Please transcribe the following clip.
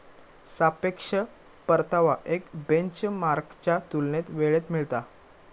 सापेक्ष परतावा एक बेंचमार्कच्या तुलनेत वेळेत मिळता